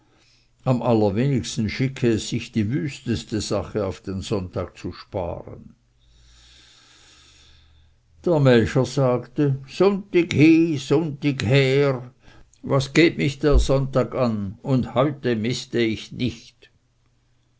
am allerwenigsten schicke es sich die wüsteste sache auf den sonntag zu sparen der melcher sagte sunntig hi sunntig her was gheit mich der sonntag und heute miste ich nicht